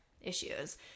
issues